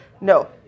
No